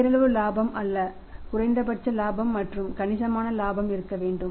பெயரளவு இலாபம் அல்ல குறைந்தபட்ச இலாபம் மற்றும் கணிசமான இலாபம் இருக்க வேண்டும்